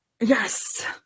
yes